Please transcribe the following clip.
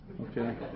okay